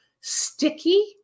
sticky